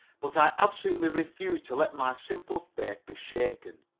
but i absolutely refuse to let my simple faith be shaken.